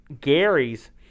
gary's